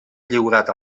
lliurat